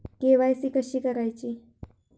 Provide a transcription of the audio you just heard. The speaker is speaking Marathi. के.वाय.सी कशी करायची?